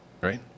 right